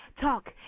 talk